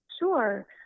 Sure